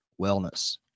Wellness